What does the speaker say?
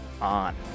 on